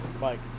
Mike